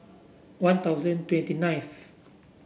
One Thousand twenty nineth